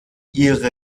ihre